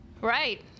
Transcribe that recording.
right